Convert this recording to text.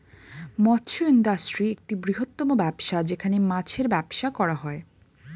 মৎস্য ইন্ডাস্ট্রি একটা বৃহত্তম ব্যবসা যেখানে মাছের ব্যবসা করা হয়